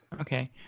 Okay